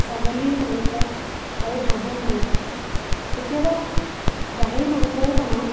ছাগলীৰ মাংস আৰু হাঁহৰ মাংস কেতিয়াবা গাহৰি মাংসও বনাওঁ